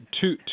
two